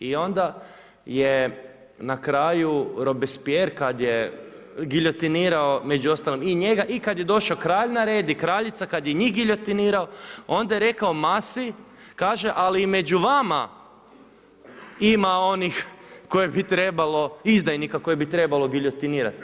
I onda je na kraju Robespierre kad je giljotinirao među ostalim i njega, i kad je došao kralj na red i kraljica, kad je i njih giljotinirao, onda je rekao masi, kaže: ali među vama ima onih izdajnika koje bi trebalo giljotinirati.